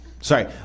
Sorry